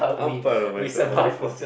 I'm proud of myself